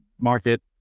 market